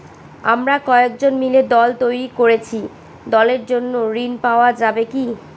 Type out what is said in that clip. আমরা কয়েকজন মিলে দল তৈরি করেছি দলের জন্য ঋণ পাওয়া যাবে কি?